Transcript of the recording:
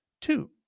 Two